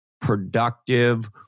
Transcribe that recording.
productive